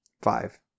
Five